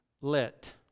let